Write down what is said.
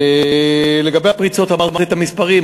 לגבי הפריצות, אמרתי את המספרים.